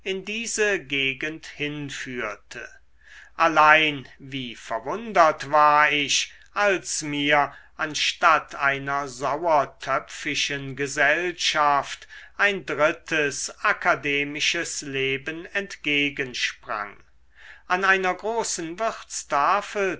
in diese gegend hinführte allein wie verwundert war ich als mir anstatt einer sauertöpfischen gesellschaft ein drittes akademisches leben entgegensprang an einer großen